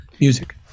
music